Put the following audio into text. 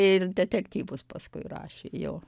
ir detektyvus paskui rašė jo